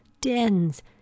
dens